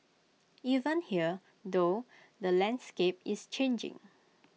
even here though the landscape is changing